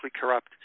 corrupt